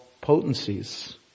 potencies